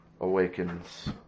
awakens